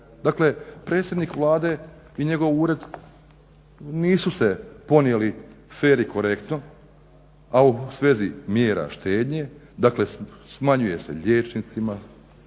Dakle, predsjednik Vlade i njegov ured nisu se ponijeli fer i korektno, a u svezi mjera štednje, dakle smanjuje se liječnicima,